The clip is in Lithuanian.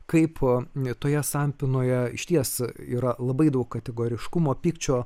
kaip toje sampynoje išties yra labai daug kategoriškumo pykčio